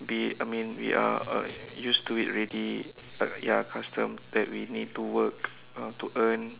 be it I mean we are uh used to it already uh ya custom that we need to work uh to earn